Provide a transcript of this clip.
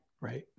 Right